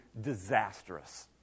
disastrous